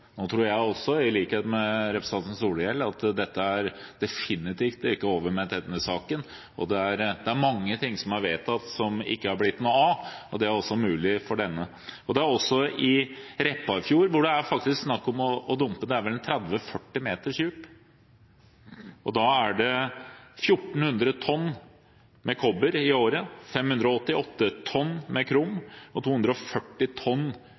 Nå tror jeg også, i likhet med representanten Solhjell, at dette definitivt ikke er over med denne saken. Det er mange ting som er vedtatt, som det ikke er blitt noe av, og det er også mulig for denne saken. Også i Repparfjorden, hvor det er en 30–40 meters dybde, er det faktisk snakk om å dumpe, og da er det 1 400 tonn med kobber i året, 588 tonn med krom, og 240 tonn